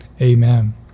amen